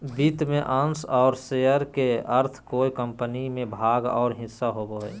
वित्त में अंश और शेयर के अर्थ कोय कम्पनी में भाग और हिस्सा होबो हइ